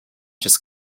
just